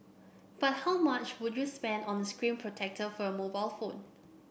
but how much would you spend on a screen protector for your mobile phone